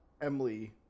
Emily